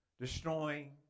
destroying